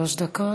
שלוש דקות.